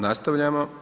Nastavljamo.